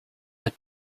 are